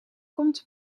komt